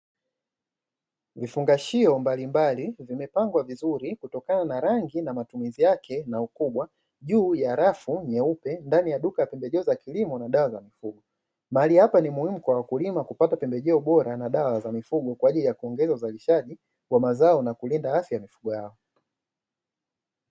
Vifunhgashio mablimbali, vimepangwa vizuri kutokana na rangi na matumizi yake yenye ukubwa juu ya rafu nyeupe ndani ya duka la pembejeo za kilimo na dawa za mifugo. Mahali hapa ni muhimu kwa wakulima kupata pembejeo bora na dawa za mifugo, kwa jaili ya kuongeza uzalishaji wa mazao na kulinda afya ya mifugo yao.